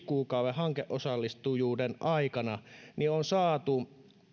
kuukauden hankeosallistujuuden aikana on saatu